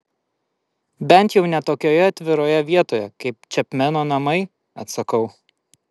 bent jau ne tokioje atviroje vietoje kaip čepmeno namai atsakau